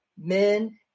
men